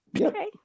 Okay